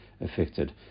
affected